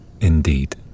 Indeed